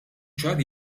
ċar